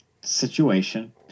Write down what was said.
situation